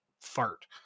fart